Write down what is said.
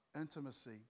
Intimacy